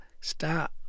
start